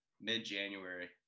mid-January